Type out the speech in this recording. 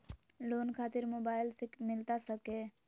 Loan खातिर mobile से मिलता सके?